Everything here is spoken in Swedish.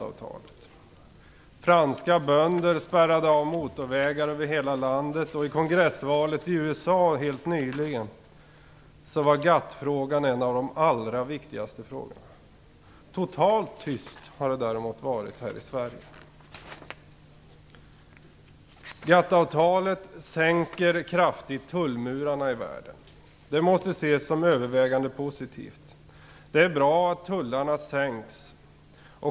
Det hade varit litet tråkigt. helt nyligen var GATT-frågan en av de allra viktigaste frågorna. Totalt tyst har det däremot varit här i GATT-avtalet sänker kraftigt tullmurarna i världen. Det måste ses som övervägande positivt. Det är bra att tullarna sänks.